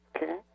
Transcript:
Okay